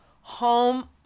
home